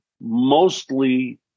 mostly